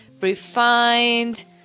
refined